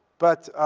but,